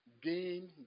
Gain